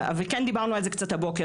וכן דיברנו על זה קצת הבוקר.